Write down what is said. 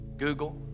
Google